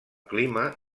clima